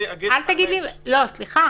סליחה.